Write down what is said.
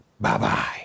bye-bye